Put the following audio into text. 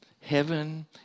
heaven